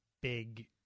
big